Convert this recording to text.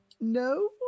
no